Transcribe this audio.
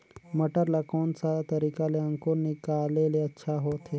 मटर ला कोन सा तरीका ले अंकुर निकाले ले अच्छा होथे?